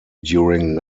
during